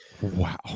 Wow